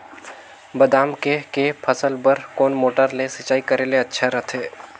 बादाम के के फसल बार कोन मोटर ले सिंचाई करे ले अच्छा रथे?